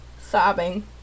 Sobbing